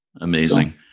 Amazing